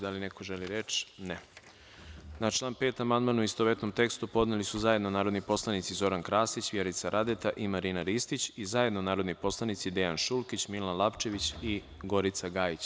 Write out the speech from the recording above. Da li neko želi reč? (Ne.) Na član 5. amandman u istovetnom tekstu podneli su zajedno narodni poslanici Zoran Krasić, Vjerica Radeta i Marina Ristić i zajedno narodni poslanici Dejan Šulkić, Milan Lapčević i Gorica Gajić.